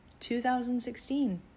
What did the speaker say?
2016